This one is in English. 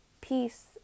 peace